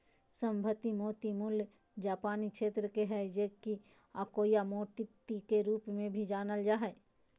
संवर्धित मोती मूल जापानी क्षेत्र के हइ जे कि अकोया मोती के रूप में भी जानल जा हइ